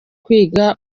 kwiga